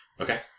Okay